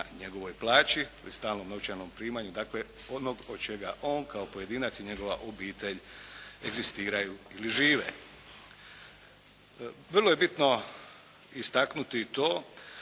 njegovoj plaći ili stalnom novčanom primanju, dakle onog od čega on kao pojedinac i njegova obitelj egzistiraju ili žive. Vrlo je bitno istaknuti i